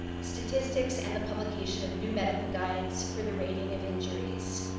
statistics, and the publication of new medical guides for the rating of injuries.